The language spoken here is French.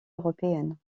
européennes